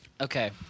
Okay